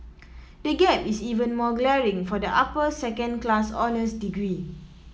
the gap is even more glaring for the upper second class honours degree